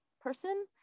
person